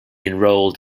enrolled